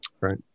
Right